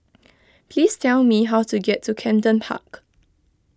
please tell me how to get to Camden Park